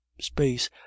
space